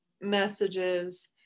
messages